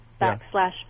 backslash